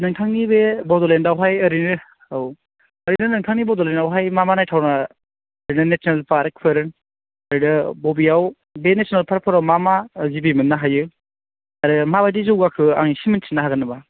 नोंथांनि बे बड'लेण्डावहाय ओरैनो औ ओरैनो नोंथांनि बड'लेण्डावहाय मा मा नायथावना बिदिनो नेस्नेल पार्कफोर ओरैनो बबेयाव बे नेस्नेल पार्कफोराव मा मा जिबि मोननो हायो आरो माबायदि जौगाखो आं इसे मिथिनो हागोन नामा